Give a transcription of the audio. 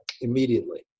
immediately